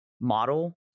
model